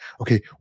Okay